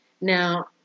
Now